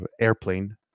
airplane